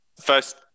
First